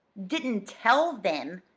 didn't tell them!